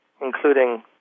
including